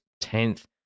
tenth